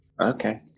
Okay